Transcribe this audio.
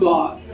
God